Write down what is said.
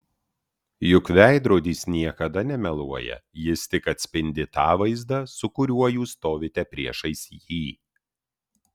juk veidrodis niekada nemeluoja jis tik atspindi tą vaizdą su kuriuo jūs stovite priešais jį